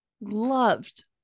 loved